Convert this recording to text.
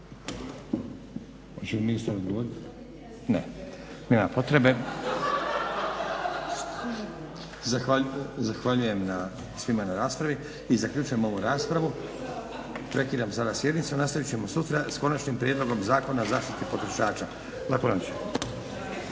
Hoće li ministar odgovoriti? Ne. Nema potrebe. Zahvaljujem svima na raspravi i zaključujem ovu raspravu. Prekidam sada sjednicu. Nastavit ćemo sutra s konačnim prijedlogom Zakona o zaštiti potrošača. Laku noć!